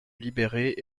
libérer